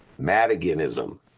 Madiganism